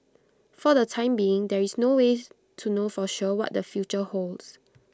for the time being there is no way to know for sure what their future holds